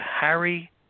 Harry